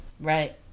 right